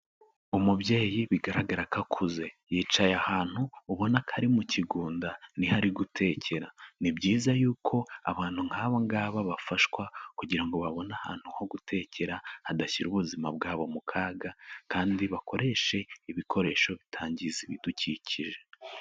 Umubyeyi bigaragara ko akuze. Yicaye ahantu ubona ko ari mu kigunda ni ho ari gutekera. Ni byiza y'uko abantu nk'aba ngaba bafashwa kugira ngo babone ahantu ho gutekera, hadashyira ubuzima bwabo mu kaga kandi bakoreshe ibikoresho bitangiza ibidukikije.